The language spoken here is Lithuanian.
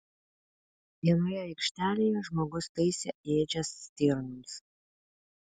vienoje aikštelėje žmogus taisė ėdžias stirnoms